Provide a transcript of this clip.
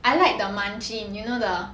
I like the munchkin you know the